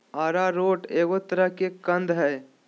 arrowroot एगो तरह के कंद हइ